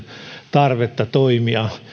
tarvetta toimia